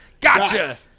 Gotcha